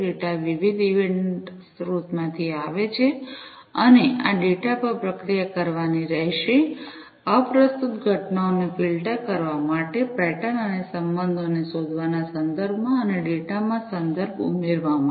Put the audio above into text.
data વિવિધ event સ્ત્રોતોમાંથી આવે છે અને આ ડેટા પર પ્રક્રિયા કરવાની રહેશે અપ્રસ્તુત ઘટનાઓને ફિલ્ટર કરવા માટે પેટર્ન અને સંબંધોને શોધવાના સંદર્ભમાં અને ડેટામાં સંદર્ભ ઉમેરવા માટે